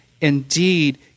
indeed